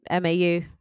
MAU